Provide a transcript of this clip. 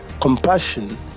compassion